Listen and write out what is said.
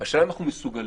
השאלה אם אנחנו מסוגלים,